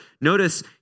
notice